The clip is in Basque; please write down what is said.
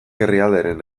herrialdearen